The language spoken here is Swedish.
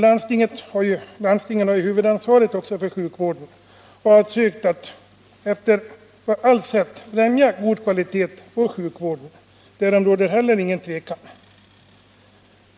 Landstingen har huvudansvaret för sjukvården och försöker på allt sätt främja god kvalitet i vården. Därom råder heller inget tvivel.